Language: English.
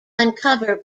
uncover